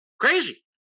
Crazy